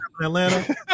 Atlanta